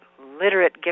literate